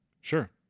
sure